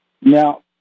now